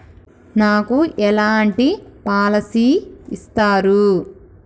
నాకు ఎలాంటి పాలసీ ఇస్తారు?